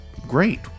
great